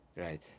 Right